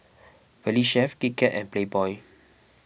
Valley Chef Kit Kat and Playboy